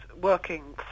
working